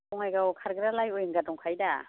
बङाइगावआव खारग्रालाय विंगार दंखायो दा